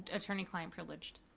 attorney client privileged.